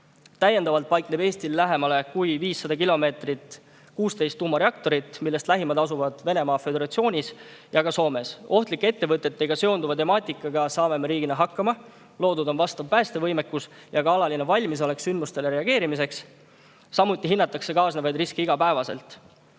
Täiendavalt, Eestile paikneb lähemal kui 500 kilomeetrit 16 tuumareaktorit, millest lähimad asuvad Venemaa Föderatsioonis ja Soomes. Ohtlike ettevõtetega seonduva temaatikaga saame me riigina hakkama. Loodud on vastav päästevõimekus ja ka alaline valmisolek sündmustele reageerimiseks. Samuti hinnatakse kaasnevaid riske igapäevaselt.